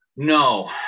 No